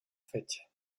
fecha